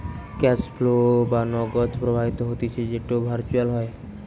cash flow বা নগদ প্রবাহ হতিছে যেটো ভার্চুয়ালি হয়